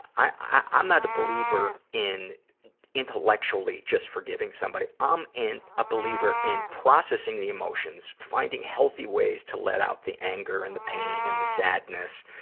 i'm not a believer in intellectually just forgiving somebody. i'm um in, a believer in processing the emotions, finding healthy ways to let out the anger and the pain and the sadness,